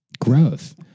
Growth